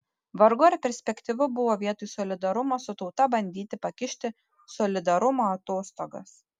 vargu ar perspektyvu buvo vietoj solidarumo su tauta bandyti pakišti solidarumo atostogas